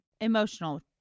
Emotional